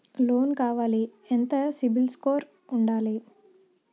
Loan కావాలి ఎంత CIBIL score ఉండాలి?